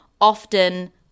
often